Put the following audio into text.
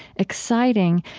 exciting.